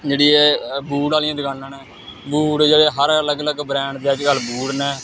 जेह्ड़ी एह् बूट आह्लियां दकानां न बूट हर अलग अलग ब्रैंड आह्ले बूट न